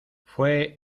fué